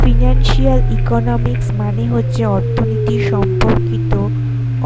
financial economics মানে হচ্ছে অর্থনীতি সম্পর্কিত